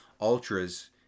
ultras